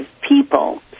people